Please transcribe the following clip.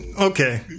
okay